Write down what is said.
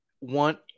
want